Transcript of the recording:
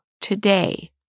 today